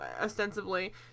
ostensibly